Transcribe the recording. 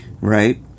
Right